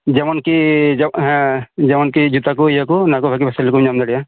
ᱡᱮᱢᱚᱱ ᱠᱤ ᱦᱮᱸ ᱡᱮᱢᱚᱱ ᱠᱤ ᱡᱩᱛᱟᱹ ᱠᱚ ᱤᱭᱟᱹ ᱠᱚ ᱚᱱᱟ ᱠᱚ ᱵᱷᱟᱹᱜᱤ ᱯᱷᱮᱥᱮᱞᱤᱴᱤᱢ ᱧᱟᱢ ᱫᱟᱲᱮᱭᱟᱜᱼᱟ